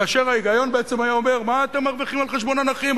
כאשר ההיגיון בעצם היה אומר: מה אתם מרוויחים על חשבון הנכים,